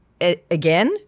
Again